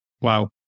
Wow